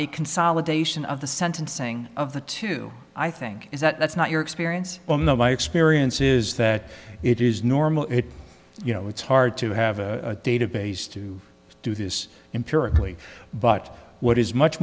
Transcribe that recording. a consolidation of the sentencing of the two i think is that that's not your experience well no my experience is that it is normal if you know it's hard to have a database to do this empirically but what is much